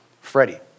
Freddie